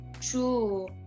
True